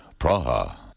Praha